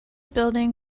building